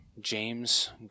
James